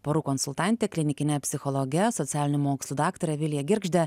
porų konsultante klinikine psichologe socialinių mokslų daktare vilija girgžde